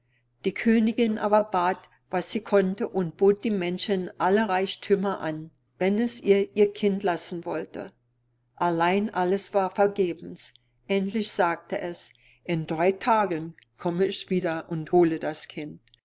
die königin aber bat was sie konnte und bot dem männchen alle reichthümer an wenn es ihr ihr kind lassen wollte allein alles war vergebens endlich sagte es in drei tagen komm ich wieder und hole das kind